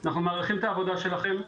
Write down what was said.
אנחנו מעריכים את העבודה שלכם,